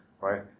right